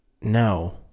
No